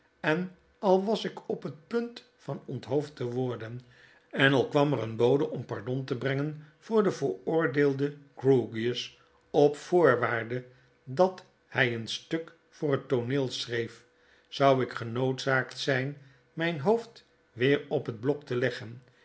en al was ik op het punt van onthoofd te worden en al kwam er een bode om pardon te brengen voor den veroordeelden grewgious op voorwaarde dat hi een stuk voor het tooneel schreef zou ik genoodzaakt zyn myn hoofd weer op het blok te leggen